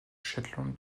shetland